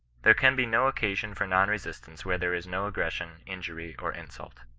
there can be no occasion for non-resistance where there is no aggression, injury, or insult.